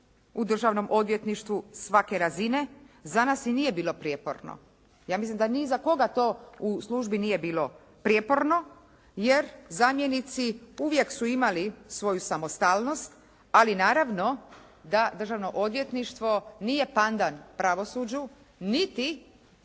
u Državnom odvjetništvu svake razine za nas i nije bilo prijeporno. Ja mislim da ni za koga to u službi nije bilo prijeporno jer zamjenici uvijek su imali svoju samostalnost ali naravno da Državno odvjetništvo nije pandan pravosuđu niti